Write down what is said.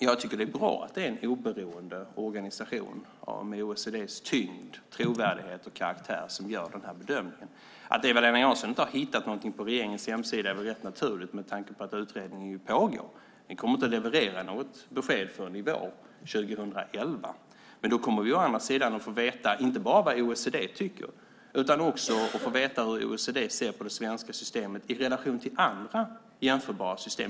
Jag tycker att det är bra att det är en oberoende organisation, med OECD:s tyngd, trovärdighet och karaktär, som gör den här bedömningen. Att Eva-Lena Jansson inte har hittat någonting på regeringens hemsida är väl rätt naturligt med tanke på att utredningen pågår. Den kommer inte att leverera något besked förrän i vår, 2011. Då kommer vi å andra sida att få veta inte bara vad OECD tycker utan också hur OECD ser på det svenska systemet i relation till andra jämförbara system.